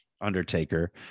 undertaker